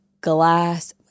glass